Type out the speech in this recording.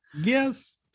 yes